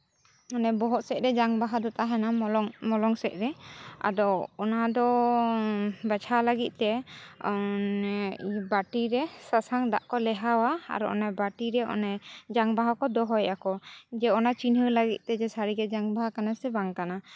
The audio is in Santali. ᱚᱱᱮ ᱵᱤᱦᱚᱜ ᱥᱮᱫ ᱨᱮ ᱡᱟᱝ ᱵᱟᱦᱟ ᱫᱚ ᱛᱟᱦᱮᱸᱱᱟ ᱢᱚᱞᱚᱝ ᱥᱮᱫ ᱨᱮ ᱟᱫᱚ ᱚᱱᱟ ᱫᱚ ᱵᱟᱪᱷᱟᱣ ᱞᱟᱹᱜᱤᱫ ᱛᱮ ᱵᱟᱹᱴᱤᱨᱮ ᱥᱟᱥᱟᱝ ᱫᱟᱜ ᱠᱚ ᱞᱮᱣᱦᱟᱭᱟ ᱟᱨ ᱚᱱᱮ ᱵᱟᱹᱴᱤᱨᱮ ᱚᱱᱮ ᱡᱟᱝᱵᱟᱦᱟ ᱠᱚ ᱫᱚᱦᱚᱭᱟᱠᱚ ᱡᱮ ᱚᱱᱟ ᱪᱤᱱᱦᱟᱹ ᱞᱟᱹᱜᱤᱫ ᱛᱮ ᱡᱮ ᱥᱟᱹᱨᱤᱜᱮ ᱡᱟᱝ ᱵᱟᱦᱟ ᱠᱟᱱᱟ ᱥᱮ ᱵᱟᱝ ᱠᱟᱱᱟ